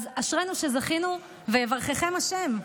אז אשרינו שזכינו, ויברככם השם.